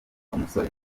umusore